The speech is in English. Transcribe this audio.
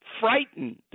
frightened